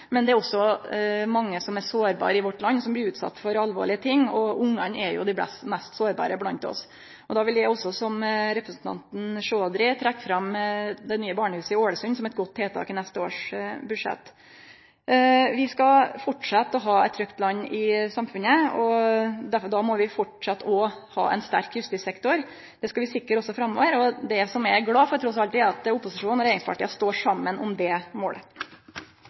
men det er òg mange som er sårbare i landet vårt, som blir utsette for alvorlege ting, og ungane er jo dei mest sårbare blant oss. Eg vil, som representanten Chaudhrey, trekke fram det nye barnehuset i Ålesund som eit godt tiltak i budsjettet for neste år. Vi skal framleis ha eit trygt land og eit trygt samfunn, og då må vi fortsette å ha ein sterk justissektor. Det skal vi sikre òg framover, og det eg er glad for, trass i alt, det er at opposisjonen og regjeringspartia står saman om det målet.